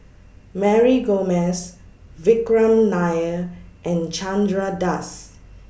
Mary Gomes Vikram Nair and Chandra Das